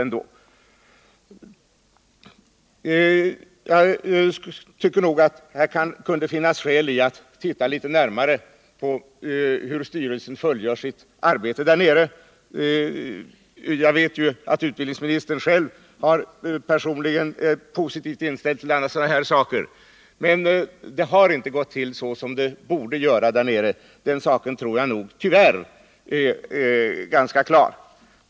Jag tycker att det kunde finnas skäl att titta litet närmare på hur styrelsen fullgör sitt arbete. Jag vet att utbildningsministern personligen har en positiv inställning till alla sådana här saker. Men det har inte gått till som det borde göra där nere. Den saken tror jag tyvärr är ganska klar.